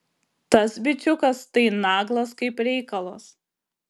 tas bičiukas tai naglas kaip reikalas